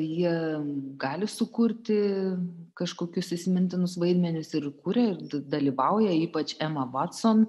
jie gali sukurti kažkokius įsimintinus vaidmenis ir kuria dalyvauja ypač ema vatson